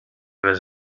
was